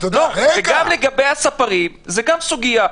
וגם לגבי הספרים זו גם סוגיה.